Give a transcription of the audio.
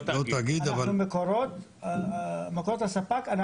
אנחנו מקורות, הספק.